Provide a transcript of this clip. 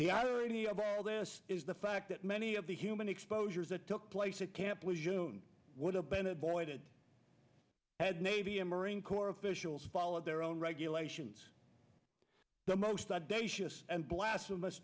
the irony of all this is the fact that many of the human exposures that took place at camp when june would have been avoided had navy and marine corps officials follow their own regulations the most audacious and blasphemous